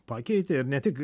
pakeitė ir ne tik